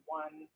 one